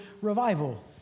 revival